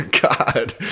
God